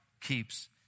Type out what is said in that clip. keeps